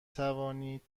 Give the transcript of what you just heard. توانید